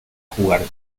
jugar